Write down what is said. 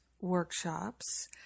workshops